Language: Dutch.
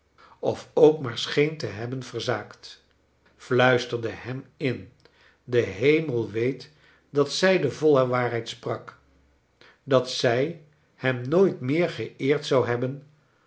of ook maar scheen te hebben verzaakt fluisterde hem in de hemel weet dat zij de voile waarheid sprak dat zij hem nooit meer geeerd zou hebben